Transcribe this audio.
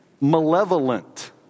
malevolent